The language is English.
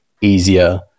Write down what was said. easier